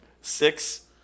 Six